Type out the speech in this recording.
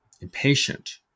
impatient